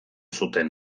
zuten